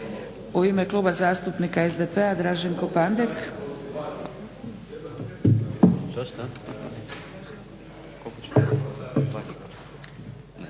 U ime Kluba zastupnika SDP-a Draženko Pandek.